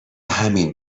همین